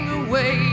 away